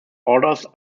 orders